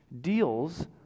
deals